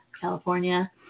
California